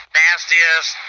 nastiest